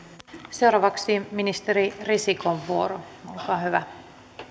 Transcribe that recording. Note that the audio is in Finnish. seuraavaksi ministeri risikon vuoro olkaa hyvä